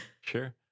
sure